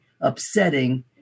upsetting